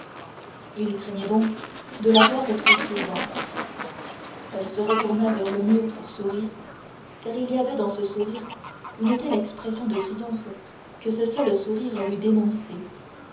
il craignait donc de la voir trop souvent elle se retourna vers le mur pour sourire car il y avait dans ce sourire une telle expression de triomphe que ce seul sourire l'eût dénoncée